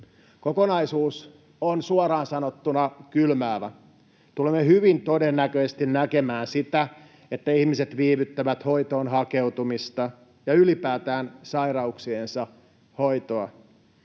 Kokonaisuus on suoraan sanottuna kylmäävä. Tulemme hyvin todennäköisesti näkemään sitä, että ihmiset viivyttävät hoitoon hakeutumista ja ylipäätään sairauksiensa hoitoa,